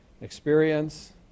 experience